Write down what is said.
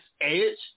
edge